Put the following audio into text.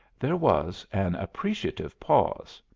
there was an appreciative pause.